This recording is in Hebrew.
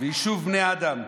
מהיישוב בני אדם,